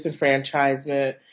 disenfranchisement